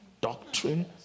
doctrine